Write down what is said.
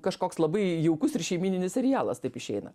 kažkoks labai jaukus ir šeimyninis serialas taip išeina